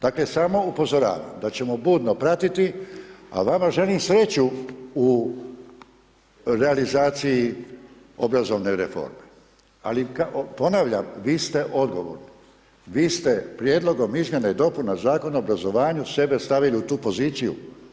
Dakle, samo upozoravam da ćemo budno pratiti, a vama želim sreću u realizaciji obrazovne reforme, ali ponavljam vi ste odgovorni, vi ste Prijedlogom izmjena i dopuna Zakona o obrazovanju, sebe stavili u tu poziciju.